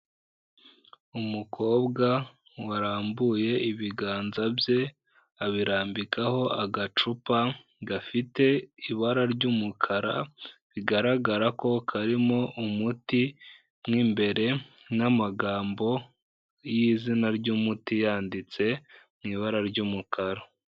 Umukobwa warambuye ibiganza bye, abirambikaho agacupa, gafite ibara ry'umukara, bigaragara ko karimo umuti mo imbere n'amagambo y'izina ry'umuti, yanditse mu ibara ry'umukara.